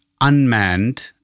unmanned